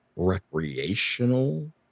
recreational